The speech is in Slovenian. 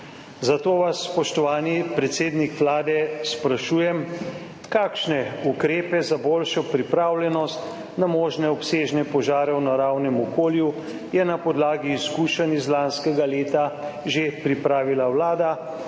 Zato vas, spoštovani predsednik Vlade, sprašujem: Kakšne ukrepe za boljšo pripravljenost na možne obsežne požare v naravnem okolju je na podlagi izkušenj iz lanskega leta že pripravila Vlada?